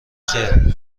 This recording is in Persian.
خیر